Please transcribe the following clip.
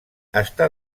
està